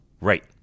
Right